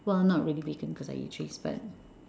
well I'm not really vegan because I eat cheese but